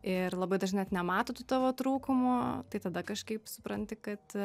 ir labai dažnai net nemato tų tavo trūkumų tai tada kažkaip supranti kad